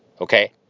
okay